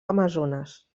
amazones